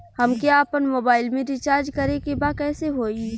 हमके आपन मोबाइल मे रिचार्ज करे के बा कैसे होई?